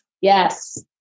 Yes